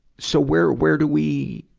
so where, where do we,